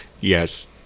Yes